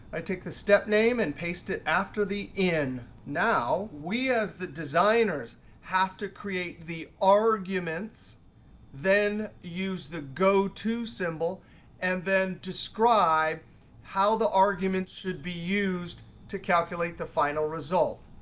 i take the step name and paste it after the n. now we as the designers have to create the arguments then use the go to symbol and then describe how the arguments should be used to calculate the final result.